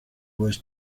was